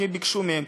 כי ביקשו מהם.